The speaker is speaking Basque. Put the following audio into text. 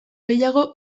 gehiago